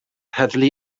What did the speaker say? heddlu